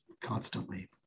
constantly